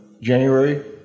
January